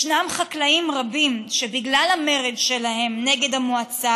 ישנם חקלאים רבים שבגלל המרד שלהם נגד המועצה